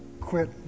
quit